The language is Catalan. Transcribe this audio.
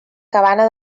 cabana